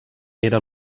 era